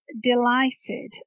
delighted